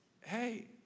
hey